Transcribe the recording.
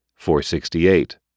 468